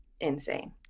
insane